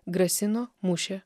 grasino mušė